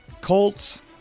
Colts